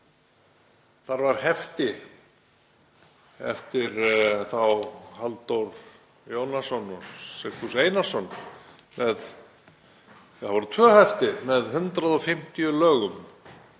Þar voru hefti eftir þá Halldór Jónasson og Sigfús Einarsson, það voru tvö hefti með 150 lögum